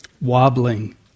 Wobbling